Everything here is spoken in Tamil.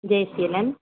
ஜெயசீலன்